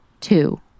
Two